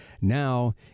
now